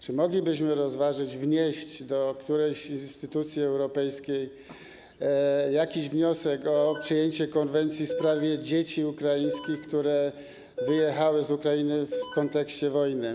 Czy moglibyśmy rozważyć, wnieść do którejś instytucji europejskiej wniosek o przyjęcie konwencji w sprawie dzieci ukraińskich, które wyjechały z Ukrainy w kontekście wojny?